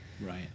Right